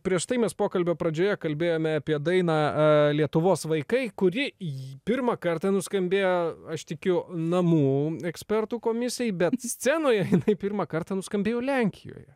prieš tai mes pokalbio pradžioje kalbėjome apie dainą lietuvos vaikai kuri jį pirmą kartą nuskambėjo aš tikiu namų ekspertų komisijai bet scenoje kai pirmą kartą nuskambėjo lenkijoje